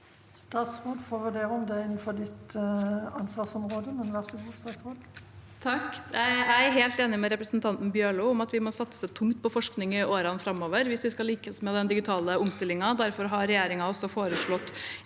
Statsråden får vurdere om det er innenfor hennes ansvarsområde, men vær så god, statsråd. Statsråd Karianne O. Tung Jeg helt enig med representanten Bjørlo i at vi må satse tungt på forskning i årene framover hvis vi skal lykkes med den digitale omstillingen. Derfor har regjeringen også foreslått